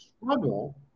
struggle